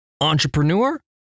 entrepreneur